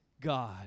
God